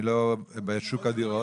אני לא בשוק הדירות.